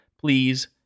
Please